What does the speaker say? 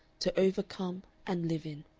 to overcome and live in.